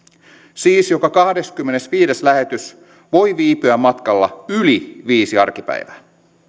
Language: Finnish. siis joka kahdeskymmenesviides lähetys voi viipyä matkalla yli viisi arkipäivää